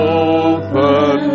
open